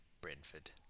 Brentford